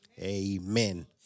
amen